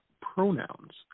pronouns